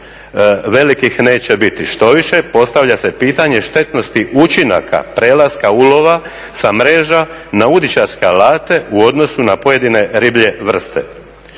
velikih neće biti. Štoviše postavlja se pitanje štetnosti učinaka prelaska ulova sa mreža na udičarske alate u odnosu na pojedine riblje vrste.